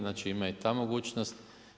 Znači ima i ta mogućnost.